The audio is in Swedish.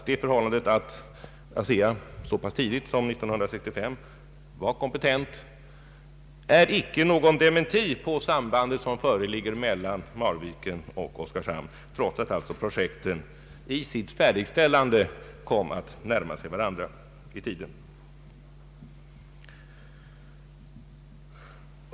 Det förhållandet att ASEA så pass tidigt som 1965 var kompetent är således inte någon dementi på det samband som föreligger mellan Marviken och Oskarshamn, trots att projekten alltså i sitt färdigställande kom att närma sig varandra i tiden.